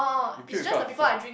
you puke in front of some